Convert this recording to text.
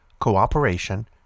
cooperation